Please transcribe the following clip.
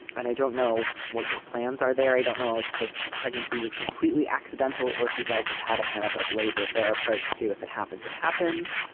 and i don't know what your plans are there. i don't know if the pregnancy was completely accidental or if you guys have had a kind of like laissez faire approach to. if it happens, it happens.